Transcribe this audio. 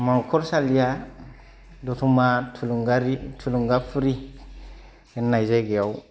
मांखरसालिआ दतमा थुलुंगारि थुलुंगाफुरि होननाय जायगायाव